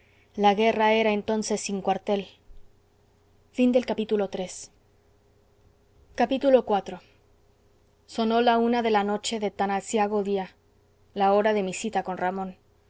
la guerra era entonces sin cuartel iv sonó la una de la noche de tan aciago día la hora de mi cita con ramón